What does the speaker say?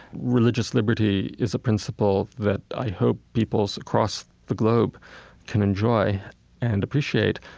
religious liberty is a principle that i hope peoples across the globe can enjoy and appreciate.